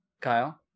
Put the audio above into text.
Kyle